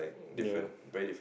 ya